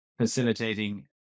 facilitating